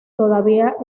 todavía